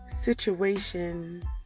situation